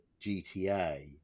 GTA